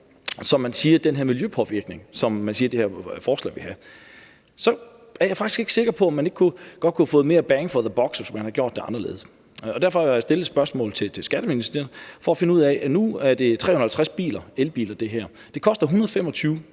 på selve den miljøpåvirkning, som man siger det her forslag vil have, så er jeg faktisk ikke sikker på, om man ikke godt kunne have fået mere bang for the bucks, hvis man havde gjort det anderledes. Derfor har jeg stillet et spørgsmål til Skatteministeriet for at finde ud af det. Nu er det her 350 elbiler, det koster 125